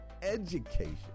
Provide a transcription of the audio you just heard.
education